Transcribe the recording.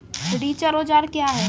रिचर औजार क्या हैं?